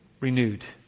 Renewed